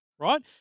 right